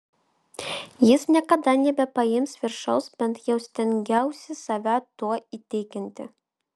jis niekada nebepaims viršaus bent jau stengiausi save tuo įtikinti